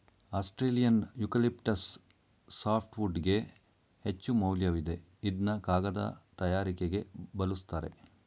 Australian eucalyptus ಸಾಫ್ಟ್ವುಡ್ಗೆ ಹೆಚ್ಚುಮೌಲ್ಯವಿದೆ ಇದ್ನ ಕಾಗದ ತಯಾರಿಕೆಗೆ ಬಲುಸ್ತರೆ